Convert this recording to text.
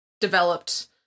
developed